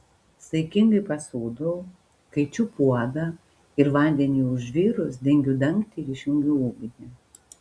saikingai pasūdau kaičiu puodą ir vandeniui užvirus dengiu dangtį ir išjungiu ugnį